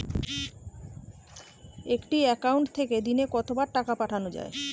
একটি একাউন্ট থেকে দিনে কতবার টাকা পাঠানো য়ায়?